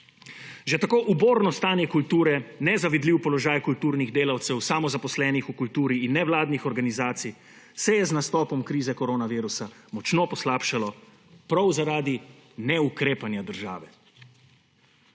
Že tako uborno stanje kulture, nezavidljiv položaj kulturnih delavcev, samozaposlenih v kulturi in nevladnih organizacij se je z nastopom krize koronavirusa močno poslabšal prav zaradi neukrepanja države.